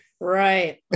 right